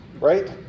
right